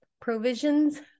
provisions